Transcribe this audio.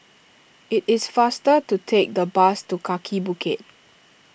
it is faster to take the bus to Kaki Bukit